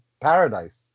paradise